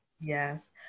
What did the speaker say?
Yes